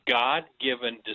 God-given